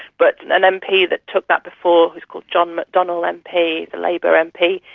but an mp that took that before who's called john mcdonnell mp, the labour mp,